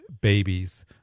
babies